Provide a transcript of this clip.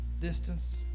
Distance